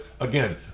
again